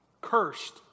Cursed